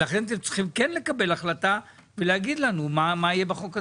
ולכן אתם צריכים כן לקבל החלטה ולהגיד לנו מה יהיה בחוק הזה.